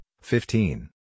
fifteen